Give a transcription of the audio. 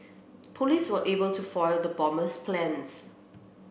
police were able to foil the bomber's plans